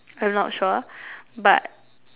I'm not sure but